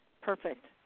Perfect